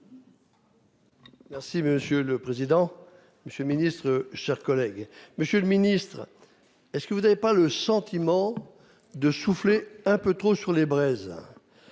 Merci monsieur le président. Monsieur le Ministre, chers collègues, Monsieur le Ministre. Est-ce que vous n'avez pas le sentiment de souffler un peu trop sur les braises.